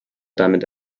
damit